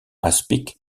aspic